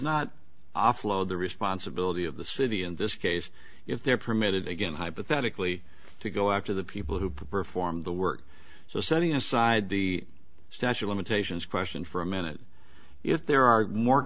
not offload the responsibility of the city in this case if they're permitted again hypothetically to go after the people who perform the work so setting aside the statue of limitations question for a minute if there are more